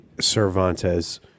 Cervantes